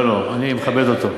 לא, לא, אני מכבד אותו.